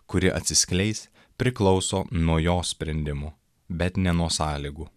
kuri atsiskleis priklauso nuo jo sprendimo bet ne nuo sąlygų